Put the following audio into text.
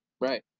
Right